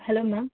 hello ma'am